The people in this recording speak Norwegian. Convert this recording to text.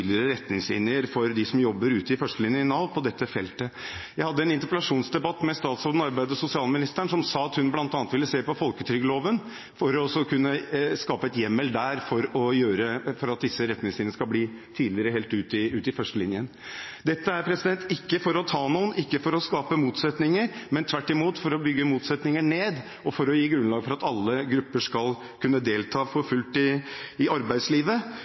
tydeligere retningslinjer for dem som jobber i førstelinjen i Nav på dette feltet. Jeg hadde en interpellasjonsdebatt med arbeids- og sosialministeren, hvor hun sa at hun bl.a. ville se på folketrygdloven og skape hjemmel der for at disse retningslinjene skal bli tydeligere helt ute i førstelinjen. Dette er ikke for å ta noen eller for å skape motsetninger, men tvert imot for å bygge ned motsetninger og gi grunnlag for at alle grupper skal kunne delta for fullt i arbeidslivet.